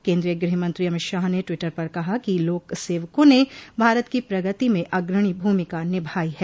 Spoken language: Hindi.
केन्द्रीय गृहमंत्री अमित शाह ने ट्वीटर पर कहा कि लोक सवकों ने भारत की प्रगति में अग्रणी भूमिका निभाई है